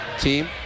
team